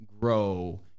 grow